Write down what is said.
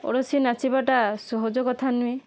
ଓଡ଼ିଶୀ ନାଚିବାଟା ସହଜ କଥା ନୁହେଁ